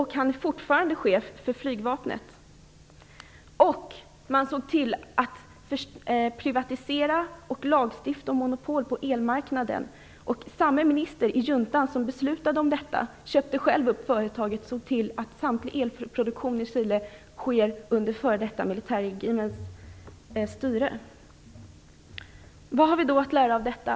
Han är fortfarande chef för flygvapnet. För det andra såg man till att privatisera elmarknaden och lagstifta om monopol för denna. Samme minister i juntan som beslutade om detta köpte själv upp företaget och såg till att samtlig elproduktion i Chile styrs av den f.d. militärregimen. Vad har vi då att lära av detta?